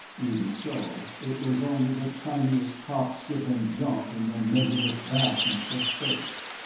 even so, it was only the tiniest hop-skip-and-jump in the measureless vastness of space.